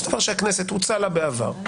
דבר שלכנסת הוצע בעבר,